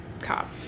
cop